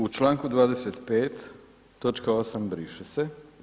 U članku 25. točka 8 briše se.